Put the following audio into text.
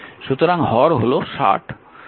সুতরাং হর হল 60